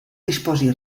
dispose